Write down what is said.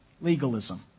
Legalism